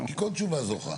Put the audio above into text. כל תשובה זוכה.